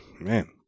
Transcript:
man